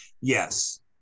Yes